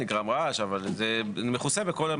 אבל זה כבר מכוסה.